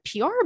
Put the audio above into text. PR